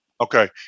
Okay